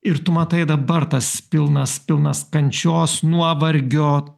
ir tu matai dabar tas pilnas pilnas kančios nuovargio